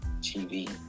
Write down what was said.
TV